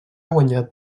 guanyat